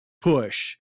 push